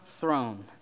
throne